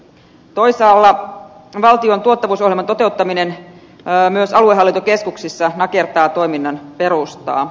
toisaalla valtion tuottavuusohjelman toteuttaminen myös aluehallintokeskuksissa na kertaa toiminnan perustaa